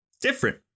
Different